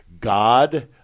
God